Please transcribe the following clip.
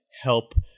Help